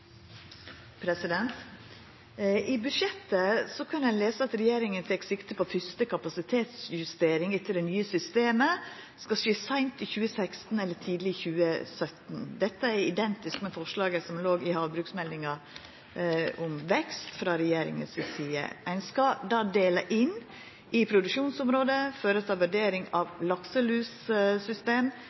budsjettet kan ein lesa at regjeringa tek sikte på at ei første kapasitetsjustering etter det nye systemet skal skje seint i 2016 eller tidleg i 2017. Dette er identisk med forslaget som låg i havbruksmeldinga om vekst frå regjeringa si side. Ein skal dela inn i produksjonsområde, føreta vurdering av lakselussystem